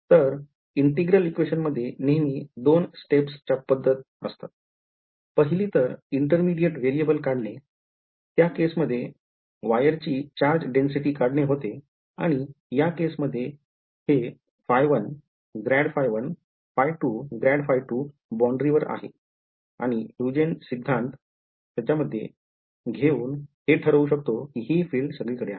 तर Integral equation मध्ये नेहमी मी 2 steps पद्दत असतात पहिली तर intermediate variable काढणे त्या केसमध्ये वायरची charge density काढणे होते आणि या केस मध्ये हे ϕ1 ∇ϕ1 ϕ2 ∇ϕ2 बॉण्ड्री वर आहे आणि हुयजन सिद्धांत मध्ये घेऊन हे ठरवू शकतो ही filed सगळीकडे आहे